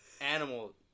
Animal